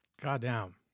Goddamn